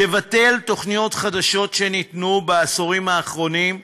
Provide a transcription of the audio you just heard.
תבטל תוכניות חדשות שנתנו בעשורים האחרונים,